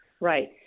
right